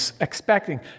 expecting